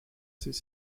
ses